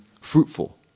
fruitful